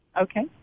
Okay